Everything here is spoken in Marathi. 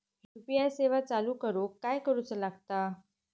यू.पी.आय सेवा चालू करूक काय करूचा लागता?